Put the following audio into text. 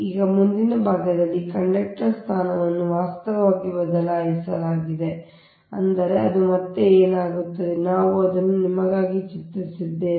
ಈಗ ಮುಂದಿನ ವಿಭಾಗದಲ್ಲಿ ಕಂಡಕ್ಟರ್ ಸ್ಥಾನವನ್ನು ವಾಸ್ತವವಾಗಿ ಬದಲಾಯಿಸಲಾಗಿದೆ ಅಂದರೆ ಅದು ಮತ್ತೆ ಏನಾಗುತ್ತದೆ ನಾನು ಅದನ್ನು ನಿಮಗಾಗಿ ಚಿತ್ರಿಸುತ್ತಿದ್ದೇನೆ